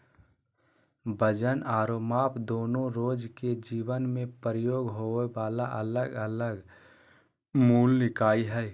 वजन आरो माप दोनो रोज के जीवन मे प्रयोग होबे वला अलग अलग मूल इकाई हय